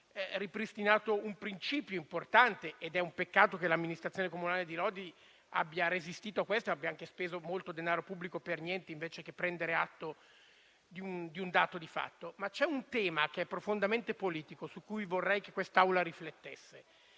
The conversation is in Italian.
e viene ripristinato un principio importante. È un peccato che l'amministrazione comunale di Lodi abbia resistito a questo e abbia anche speso molto denaro pubblico per niente, invece che prendere atto di un dato di fatto. Ma c'è un tema che è profondamente politico su cui vorrei che quest'Assemblea riflettesse.